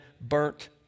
burnt